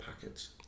packets